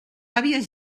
àvies